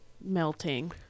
melting